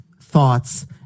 thoughts